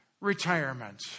retirement